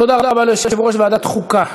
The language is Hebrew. תודה רבה ליושב-ראש ועדת החוקה.